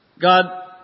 God